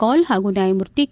ಕೌಲ್ ಹಾಗೂ ನ್ಲಾಯಮೂರ್ತಿ ಕೆ